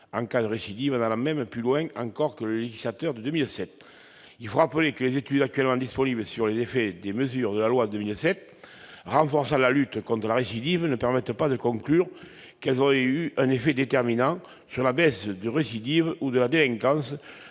en cas de récidive : nous irions plus loin encore que le législateur de 2007 ! Il faut rappeler que les études actuellement disponibles sur les effets des mesures de la loi du 10 août 2007 renforçant la lutte contre la récidive ne permettent pas de conclure qu'elles auraient eu un effet déterminant sur la baisse de la récidive ou de la délinquance.